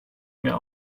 mehr